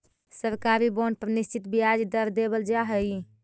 सरकारी बॉन्ड पर निश्चित ब्याज दर देवल जा हइ